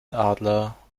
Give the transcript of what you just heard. adler